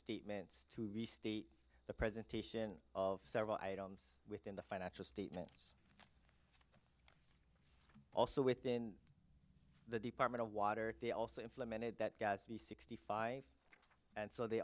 statements to restate the presentation of several items within the financial statements also within the department of water they also implemented that gas be sixty five and so they